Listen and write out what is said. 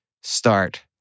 start